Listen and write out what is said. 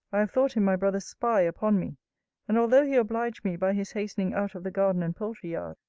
thought him my brother's spy upon me and although he obliged me by his hastening out of the garden and poultry-yard,